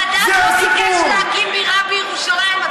סאדאת לא ביקש להקים בירה בירושלים, אדוני היקר.